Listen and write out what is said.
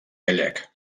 gallec